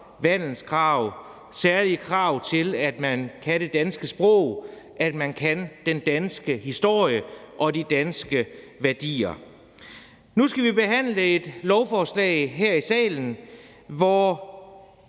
vandelskrav og særlige krav til, at man kan det danske sprog, og at man kan den danske historie og de danske værdier. Nu skal vi behandle et lovforslag her i salen, hvor